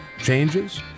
Changes